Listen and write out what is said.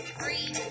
free